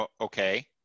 Okay